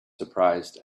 surprised